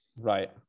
Right